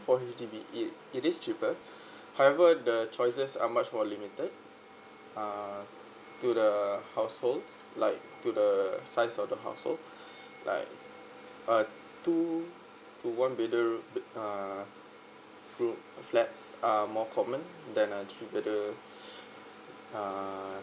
from H_D_B it it is cheaper however the choices are much more limited uh to the household like to the size of the household like uh two to one bedroom uh room flats are more common than uh three bedroom uh